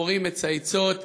הציפורים מצייצות,